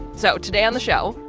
so today on the show.